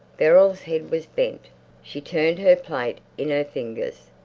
beryl's head was bent she turned her plate in her fingers.